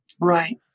Right